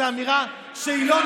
יקרה.